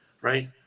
right